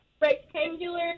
rectangular